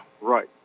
Right